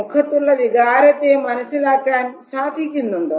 മുഖത്തുള്ള വികാരത്തെ മനസ്സിലാക്കാൻ സാധിക്കുന്നുണ്ടോ